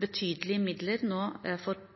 betydelige midler for